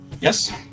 Yes